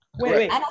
Wait